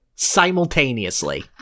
Simultaneously